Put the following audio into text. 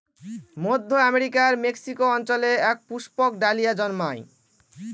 মধ্য আমেরিকার মেক্সিকো অঞ্চলে এক পুষ্পক ডালিয়া জন্মায়